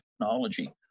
technology